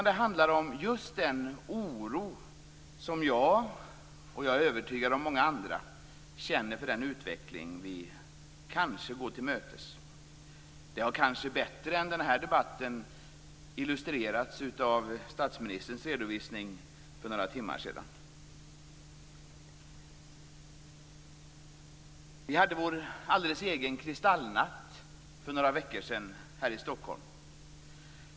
Det handlar om just den oro som jag, och jag är övertygad om många andra, känner för den utveckling vi kanske går till mötes. Det har kanske bättre än av denna debatt illustrerats av statsministerns redovisning för några timmar sedan. Vi hade vår alldeles egen kristallnatt för några veckor sedan här i Stockholm.